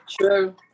true